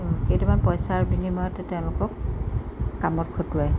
কেইটামান পইচাৰ বিনিময়তে তেওঁলোকক কামত খটোৱাই